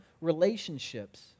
relationships